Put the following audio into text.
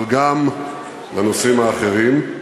אבל גם לנושאים האחרים.